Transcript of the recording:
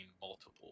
multiple